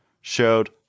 showed